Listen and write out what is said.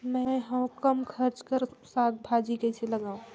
मैं हवे कम खर्च कर साग भाजी कइसे लगाव?